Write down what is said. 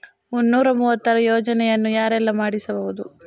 ಮುನ್ನೂರ ಮೂವತ್ತರ ಯೋಜನೆಯನ್ನು ಯಾರೆಲ್ಲ ಮಾಡಿಸಬಹುದು?